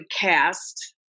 cast